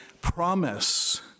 promise